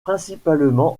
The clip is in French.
principalement